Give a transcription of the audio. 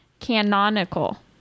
Canonical